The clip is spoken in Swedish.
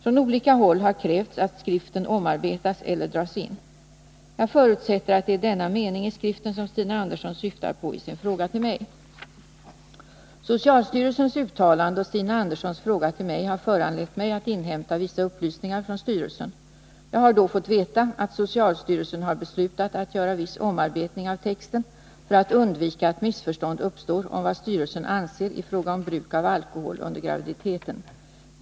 Från olika håll har krävts att skriften omarbetas eller dras in. Jag förutsätter att det är denna mening i skriften som Stina Andersson syftar på i sin fråga till mig. Socialstyrelsens uttalande och Stina Anderssons fråga till mig har föranlett mig att inhämta vissa upplysningar från styrelsen. Jag har då fått veta att socialstyrelsen har beslutat att göra viss omarbetning av texten för att undvika att missförstånd uppstår om vad styrelsen anser i fråga om bruk av alkohol under graviditet.